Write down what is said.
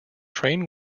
train